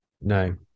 No